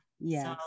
yes